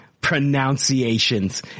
Pronunciations